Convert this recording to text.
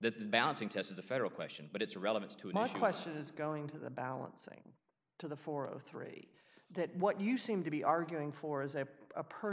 that the balancing test is a federal question but its relevance to my question is going to the balancing to the four o three that what you seem to be arguing for is a per